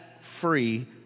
free